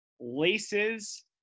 laces